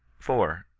four.